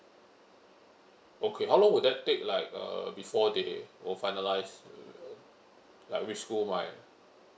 okay how long would that take like uh before they will finalise mm like which school my